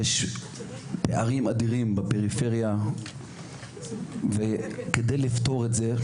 יש פערים אדירים בפריפריה וכדי לפתור את זה,